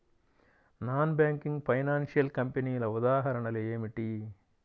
Non banking financial కంపెనీల ఉదాహరణలు ఏమిటి?